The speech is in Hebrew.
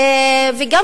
וגם